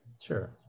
sure